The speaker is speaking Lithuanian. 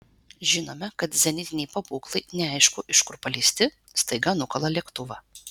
žinome kad zenitiniai pabūklai neaišku iš kur paleisti staiga nukala lėktuvą